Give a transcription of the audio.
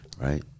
right